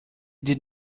did